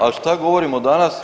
Ali šta govorimo danas?